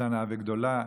קטנה וגדולה.